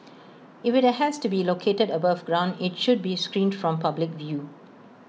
if IT has to be located above ground IT should be screened from public view